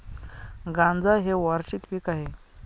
गांजा हे वार्षिक पीक आहे